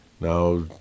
Now